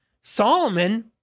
Solomon